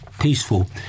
Peaceful